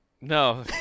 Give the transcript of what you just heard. No